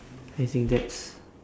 I think that's